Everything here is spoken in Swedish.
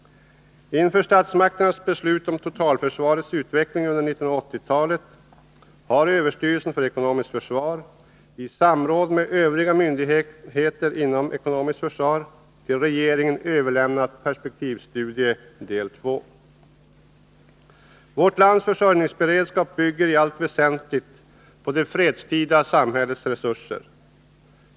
Inför statsmakternas beslut om totalförsvarets utveckling under 1980-talet har överstyrelsen för ekonomiskt försvar i samråd med övriga myndigheter Vårt lands försörjningsberedskap bygger i allt väsentligt på det fredstida samhällets resurser.